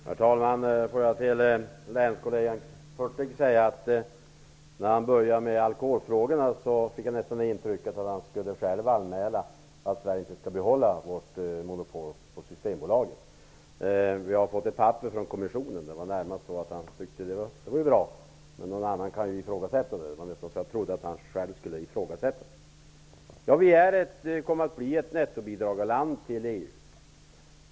Herr talman! Jag vill till länskollegan Hurtig säga att jag, när han började tala om alkoholfrågorna, nästan fick intrycket att han själv skulle anmäla att vi i Sverige inte skall behålla vårt monopol på Systembolaget. Vi har fått ett papper från kommissionen. Han tyckte närmast att det var bra men trodde att någon skulle kunna ifrågasätta det. Jag trodde nästan att han själv skulle göra det. Sverige kommer att bli nettobidragsgivare till EU.